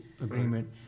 agreement